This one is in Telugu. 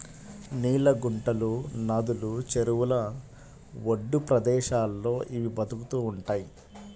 నీళ్ళ గుంటలు, నదులు, చెరువుల ఒడ్డు ప్రదేశాల్లో ఇవి బతుకుతూ ఉంటయ్